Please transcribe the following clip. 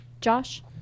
Josh